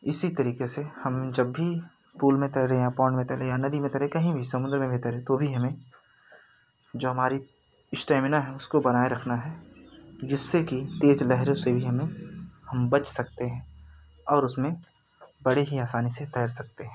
इसी तरीके से हम जब भी पूल में तैरते या पॉन्ड में तैरते या नदी में तैरते कहीं भी समुद्र में भी तैरते तो भी हमें जो हमारी स्टैमिना है उसको बनाए रखना है जिससे कि तेज लहरों से भी हमें हम बच सकते हैं और उसमें बड़े ही आसानी से तैर सकते हैं